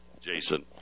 Jason